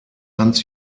hans